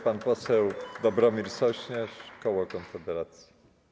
Pan poseł Dobromir Sośnierz, koło Konfederacja.